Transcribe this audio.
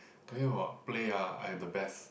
talking about play ah I am the best